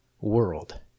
world